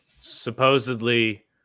Supposedly